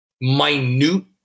minute